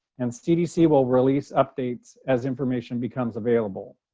and cdc will release updates as information becomes available.